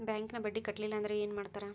ಬ್ಯಾಂಕಿನ ಬಡ್ಡಿ ಕಟ್ಟಲಿಲ್ಲ ಅಂದ್ರೆ ಏನ್ ಮಾಡ್ತಾರ?